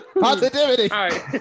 positivity